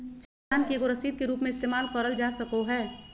चालान के एगो रसीद के रूप मे इस्तेमाल करल जा सको हय